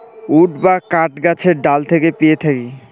would বা কাঠ গাছের ডাল থেকে পেয়ে থাকি